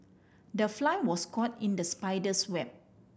the fly was caught in the spider's web